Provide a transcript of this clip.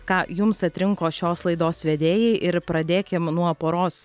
ką jums atrinko šios laidos vedėjai ir pradėkim nuo poros